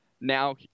Now